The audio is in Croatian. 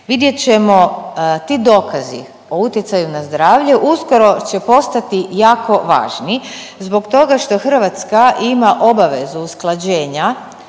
Vidjet ćemo, ti dokazi o utjecaju na zdravlje uskoro će postati jako važni zbog toga što Hrvatska ima obavezu usklađenja